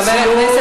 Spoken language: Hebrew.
גם אני מכבד,